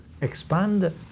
expand